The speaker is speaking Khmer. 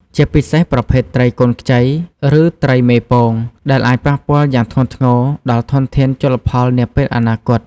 ជាពិសេសប្រភេទត្រីកូនខ្ចី ឬត្រីមេពង ដែលអាចប៉ះពាល់យ៉ាងធ្ងន់ធ្ងរដល់ធនធានជលផលនាពេលអនាគត។